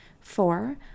four